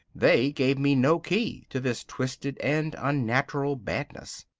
they gave me no key to this twisted and unnatural badness.